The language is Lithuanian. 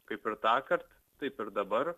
kaip ir tąkart taip ir dabar